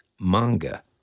manga